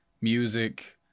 music